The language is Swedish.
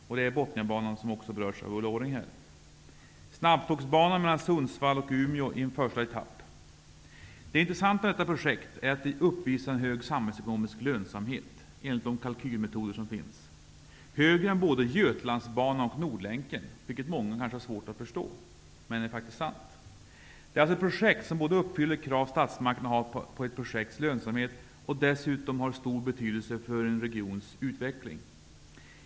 Det gäller Botniabanan, som också Ulla Orring har berört, och snabbtågsbanan mellan Sundsvall och Umeå. Det intressanta med detta projekt är att det enligt de kalkyler som finns uppvisar en hög samhällsekonomisk lönsamhet. Lönsamheten skall vara högre än för både Götalandsbanan och Nordlänken, vilket många kanske har svårt att förstå. Men det är faktiskt sant. Det här är alltså ett projekt som både uppfyller de krav som statsmakterna har på ett projekts lönsamhet och dessutom har stor betydelse för en regions utveckling.